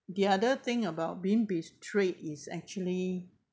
the other thing about being betrayed is actually